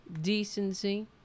decency